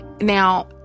now